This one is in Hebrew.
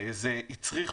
זה הצריך,